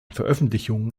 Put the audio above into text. veröffentlichungen